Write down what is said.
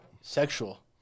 sexual